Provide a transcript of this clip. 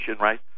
right